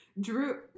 Drew